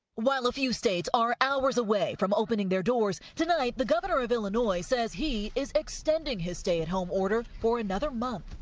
while a few states are hours away from opening their doors, tonight the governor of illinois says he is extending his stay-at-home order for another month.